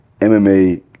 MMA